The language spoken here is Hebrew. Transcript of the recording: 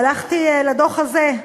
הלכתי לדוח הזה,